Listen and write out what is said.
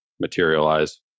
materialize